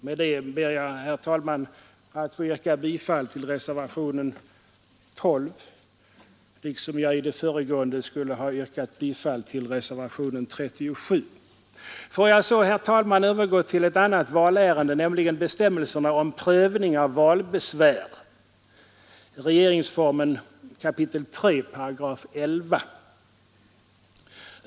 Med dessa ord ber jag, herr talman, att få yrka bifall till reservationen 12 liksom jag i det föregående skulle ha yrkat bifall till reservationen 37. Får jag sedan, herr talman, övergå till ett annat valärende, nämligen prövning av bestämmelserna om valbesvär, RF 3 kap. 11 §.